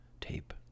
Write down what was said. tape